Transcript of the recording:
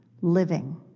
living